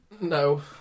no